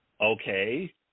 Okay